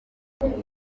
kagame